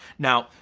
now,